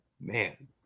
man